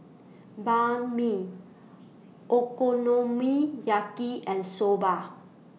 Banh MI Okonomiyaki and Soba